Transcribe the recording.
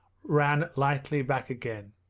ran lightly back again.